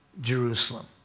Jerusalem